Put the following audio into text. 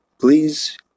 please